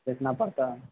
بیچنا پڑتا